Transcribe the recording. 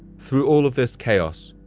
through all of this chaos,